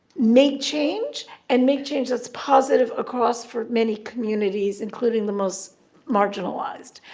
make change and make change that's positive across for many communities, including the most marginalized.